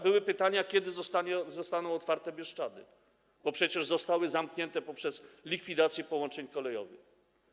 Były pytania, kiedy zostaną otwarte Bieszczady, bo przecież zostały zamknięte poprzez likwidację połączeń kolejowych.